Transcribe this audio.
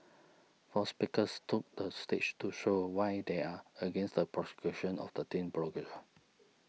four speakers took the stage to show why they are against the prosecution of the teen blogger